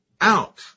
out